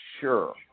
sure